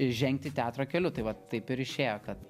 žengti teatro keliu tai vat taip ir išėjo kad